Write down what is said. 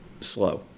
slow